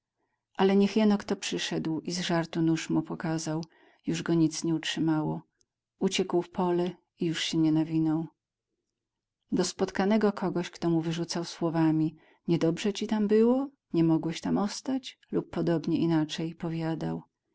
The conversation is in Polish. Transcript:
ale niech jeno kto przyszedł i z żartu nóż mu pokazał już go nic nie utrzymało uciekł w pole i już się nie nawinął do spotkanego kogoś kto mu wyrzucał słowami nie dobrze ci tam było nie mogłeś tam ostać lub podobnie inaczej powiadał